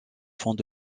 fonds